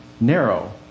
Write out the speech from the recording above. narrow